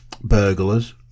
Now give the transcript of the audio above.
burglars